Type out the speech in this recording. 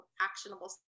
actionable